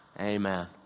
Amen